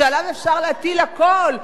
שעליו אפשר להטיל הכול,